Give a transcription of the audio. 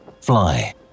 Fly